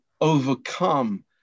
overcome